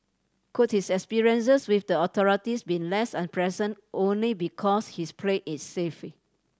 could his experiences with the authorities be less unpleasant only because he's played it safe